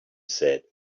said